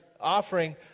offering